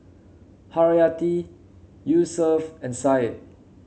Haryati Yusuf and Syed